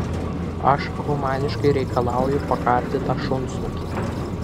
aš humaniškai reikalauju pakarti tą šunsnukį